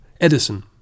Edison